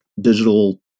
digital